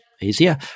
easier